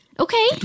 Okay